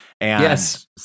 Yes